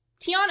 Tiana